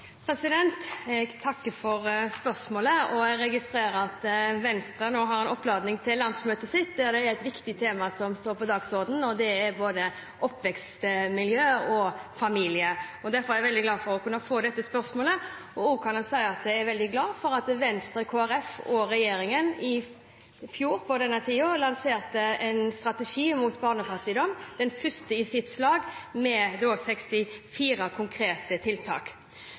Jeg takker for spørsmålet. Jeg registrerer at Venstre nå har en oppladning til landsmøtet sitt, der det er viktige temaer som står på dagsordenen, både oppvekstmiljø og familie. Derfor er jeg veldig glad for å få dette spørsmålet. Og jeg er veldig glad for å kunne si at Venstre, Kristelig Folkeparti og regjeringen i fjor på denne tida lanserte en strategi mot barnefattigdom, den første i sitt slag, med 64 konkrete tiltak.